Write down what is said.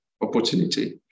opportunity